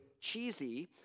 cheesy